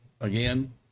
again